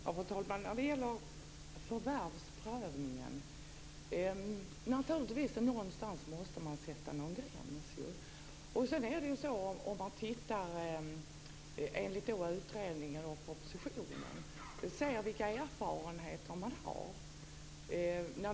Fru talman! När det gäller förvärvsprövningen vill jag säga att man naturligtvis måste sätta en gräns någonstans.